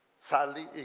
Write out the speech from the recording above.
sadly,